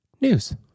news